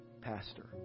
pastor